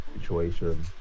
situation